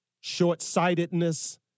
short-sightedness